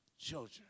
children